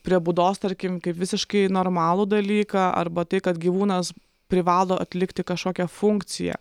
prie būdos tarkim kaip visiškai normalų dalyką arba tai kad gyvūnas privalo atlikti kažkokią funkciją